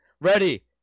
ready